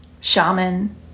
shaman